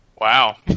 Wow